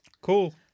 cool